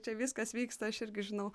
čia viskas vyksta aš irgi žinau